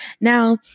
Now